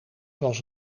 zoals